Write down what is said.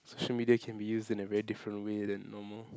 social media can be used in a very different way than normal